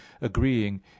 agreeing